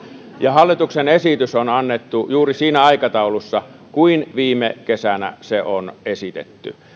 ja hallituksen esitys on annettu juuri siinä aikataulussa kuin viime kesänä se on esitetty